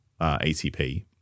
ATP